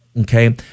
okay